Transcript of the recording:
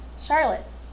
Charlotte